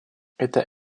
эта